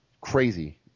crazy